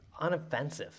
unoffensive